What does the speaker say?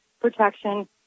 protection